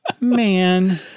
Man